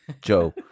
Joe